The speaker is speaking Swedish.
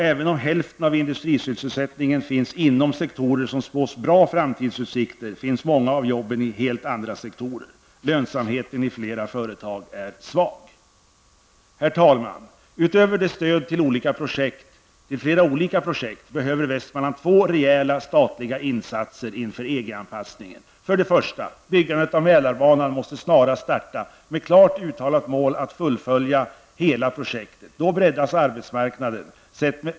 Även om hälften av industrisysselsättningen finns inom sektorer som spås bra framtidsutsikter, finns många av jobben i helt andra sektorer. -- Lönsamheten i flera företag är svag. Herr talman! Utöver stöd till flera olika projekt behöver Västmanland två rejäla statliga insatser inför EG-anpassningen. 1. Byggandet av Mälarbanan måste snarast starta, med klart uttalat mål att hela projektet skall fullföljas. Då breddas arbetsmarknaden.